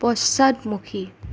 পশ্চাদমুখী